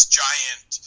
giant